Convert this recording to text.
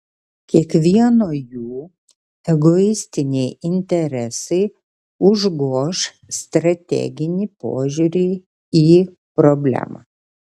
kiekvieno jų egoistiniai interesai užgoš strateginį požiūrį į problemą